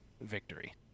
victory